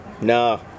No